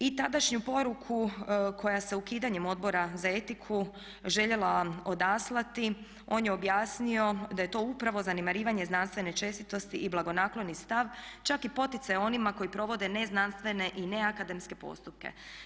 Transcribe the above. I tadašnju poruku koja se ukidanjem Odbora za etiku željela odaslati on je objasnio da je to upravo zanemarivanje znanstvene čestitosti i blagonakloni stav čak i poticaj onima koji provode ne znanstvene i ne akademske postupke.